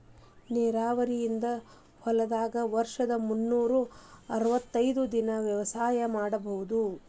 ನೇರಾವರಿ ಇದ್ದ ಹೊಲದಾಗ ವರ್ಷದ ಮುನ್ನೂರಾ ಅರ್ವತೈದ್ ದಿನಾನೂ ವ್ಯವಸಾಯ ಮಾಡ್ಬಹುದು